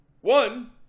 One